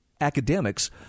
academics